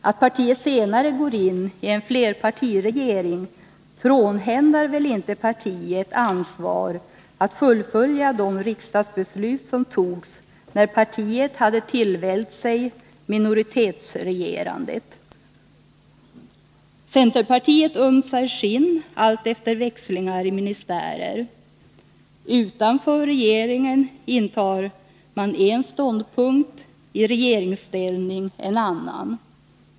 Att partiet senare går in i en flerpärtiregering frånhänder det inte ansvaret för att fullfölja de riksdagsbeslut som fattades när partiet hade tillvällt sig minoritetsregerandet. Centerpartiet ömsar skinn allt efter växlingar i ministärer. Utanför regeringen intar man en ståndpunkt, i regeringsställning en annan.